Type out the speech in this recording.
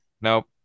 Nope